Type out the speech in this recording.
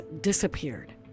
disappeared